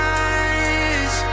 eyes